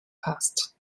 past